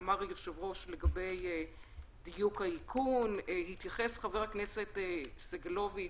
אמר היושב-ראש לגבי דיוק האיכון; התייחס חבר הכנסת סגלוביץ'